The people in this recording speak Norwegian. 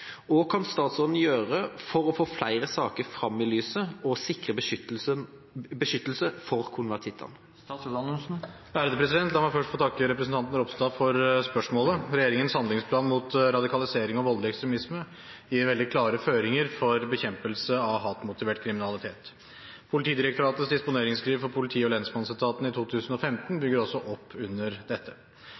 kan statsråden gjøre for å få flere saker frem i lyset og sikre beskyttelse for konvertitter?» La meg først få takke representanten Ropstad for spørsmålet. Regjeringens handlingsplan mot radikalisering og voldelig ekstremisme gir veldig klare føringer for bekjempelse av hatmotivert kriminalitet. Politidirektoratets disponeringsskriv for politi- og lensmannsetaten i 2015 bygger også opp under dette.